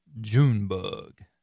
Junebug